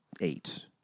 eight